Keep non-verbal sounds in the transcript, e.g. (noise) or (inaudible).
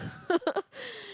(laughs)